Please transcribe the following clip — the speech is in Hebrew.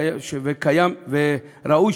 וראוי